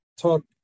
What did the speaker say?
talk